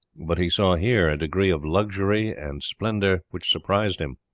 but he saw here a degree of luxury and splendour which surprised him.